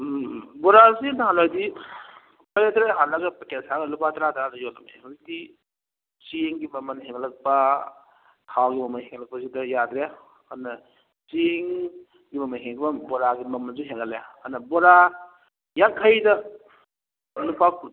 ꯎꯝ ꯎꯝ ꯕꯣꯔꯥꯁꯤ ꯅꯍꯥꯜꯋꯥꯏꯗꯤ ꯇꯔꯦꯠ ꯇꯔꯦꯠ ꯍꯥꯜꯂꯒ ꯄꯦꯛꯀꯦꯠ ꯁꯥꯔꯒ ꯂꯨꯄꯥ ꯇꯔꯥ ꯇꯔꯥꯗ ꯌꯣꯜꯂꯝꯃꯦ ꯍꯧꯖꯤꯛꯇꯤ ꯆꯦꯡꯒꯤ ꯃꯃꯜ ꯍꯦꯟꯒꯠꯄ ꯊꯥꯎꯒꯤ ꯃꯃꯜ ꯍꯦꯟꯒꯠꯂꯛꯄꯁꯤꯗ ꯌꯥꯗ꯭ꯔꯦ ꯑꯗꯨꯅ ꯆꯦꯡꯒꯤ ꯃꯃꯜ ꯍꯦꯟꯒꯠꯄꯅ ꯕꯣꯔꯥꯒꯤ ꯃꯃꯟꯁꯨ ꯍꯦꯟꯒꯠꯂꯦ ꯑꯗꯨꯅ ꯕꯣꯔꯥ ꯌꯥꯡꯈꯩꯗ ꯂꯨꯄꯥ ꯀꯨꯟ